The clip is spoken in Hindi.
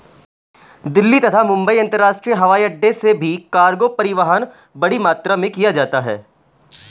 दिल्ली तथा मुंबई अंतरराष्ट्रीय हवाईअड्डो से भी कार्गो परिवहन बड़ी मात्रा में किया जाता है